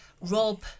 rob